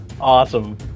Awesome